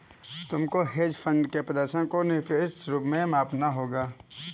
तुमको hedge fund के प्रदर्शन को निरपेक्ष रूप से मापना होगा